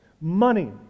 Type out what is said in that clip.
Money